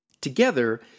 Together